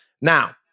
Now